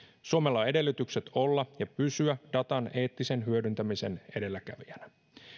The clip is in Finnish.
suomella on edellytykset olla ja pysyä datan eettisen hyödyntämisen edelläkävijänä